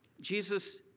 Jesus